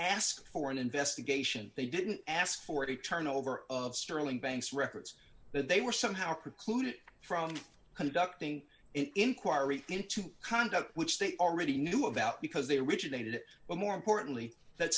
ask for an investigation they didn't ask for a turnover of sterling banks records that they were somehow precluded from conducting inquiry into conduct which they already knew about because they originated it but more importantly that